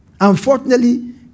Unfortunately